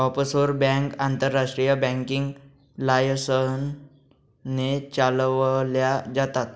offshore bank आंतरराष्ट्रीय banking licence ने चालवल्या जातात